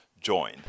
join